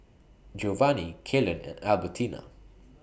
Giovanni Kalen and Albertina